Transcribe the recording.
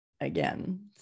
again